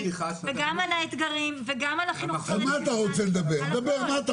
גם על האתגרים וגם על החינוך החרדי.